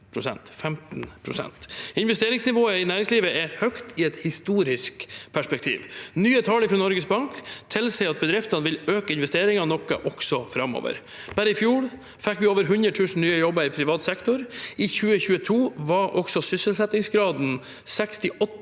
Investeringsnivået i næringslivet er høyt i et historisk perspektiv. Nye tall fra Norges Bank tilsier at bedriftene vil øke investeringene noe også framover. Bare i fjor fikk vi over 100 000 nye jobber i privat sektor. I 2022 var også sysselsettingsgraden på 68,7